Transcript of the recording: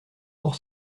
pour